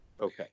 Okay